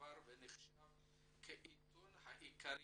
לשעבר ונחשב כעיתון העיקרי